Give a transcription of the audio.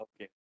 Okay